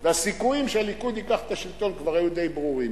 והסיכויים שהליכוד ייקח את השלטון כבר היו די ברורים.